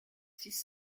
six